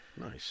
Nice